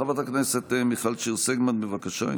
חברת הכנסת מיכל שיר סגמן, בבקשה.